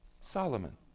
Solomon